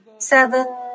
Seven